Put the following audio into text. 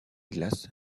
glaces